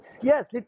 Yes